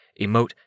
Emote